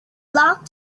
locked